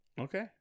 Okay